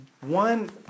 one